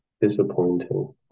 disappointing